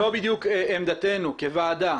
כאן בדיוק עמדתנו כוועדה,